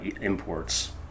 imports